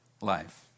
life